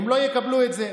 הם לא יקבלו את זה.